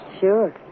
Sure